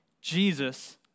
Jesus